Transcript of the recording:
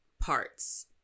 parts